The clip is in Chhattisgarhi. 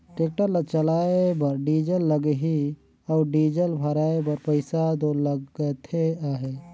टेक्टर ल चलाए बर डीजल लगही अउ डीजल भराए बर पइसा दो लगते अहे